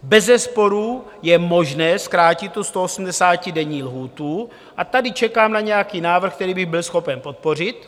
Bezesporu je možné zkrátit tu 180denní lhůtu a tady čekám na nějaký návrh, který bych byl schopen podpořit.